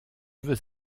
veux